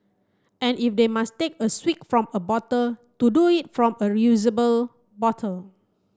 and if they must take a swig from a bottle to do it from a reusable bottle